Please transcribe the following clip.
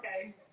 Okay